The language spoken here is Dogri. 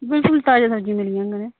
जी जी ताजी ताजी मिलनी तुसेंगी